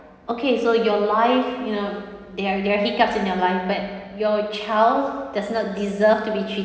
okay so your life you know there are there are hiccups in your life but your child does not deserve to be treated